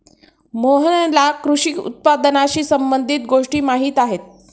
मोहनला कृषी उत्पादनाशी संबंधित गोष्टी माहीत आहेत